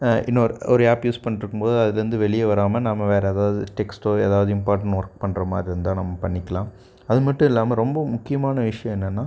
இன்னொரு ஒரு app use பண்ணிட்ருக்கும் போது அதுலேருந்து வெளிய வராமல் நம்ம வேறு எதாவது டெக்ஸ்ட்டோ ஏதாவது இம்பார்ட்டண்ட் ஒர்க் பண்ணுற மாதிரி இருந்தால் நம்ம பண்ணிக்கலாம் அது மட்டும் இல்லாமால் ரொம்ப முக்கியமான விஷயம் என்னென்னா